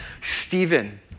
Stephen